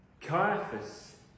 Caiaphas